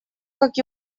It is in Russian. как